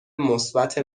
مثبت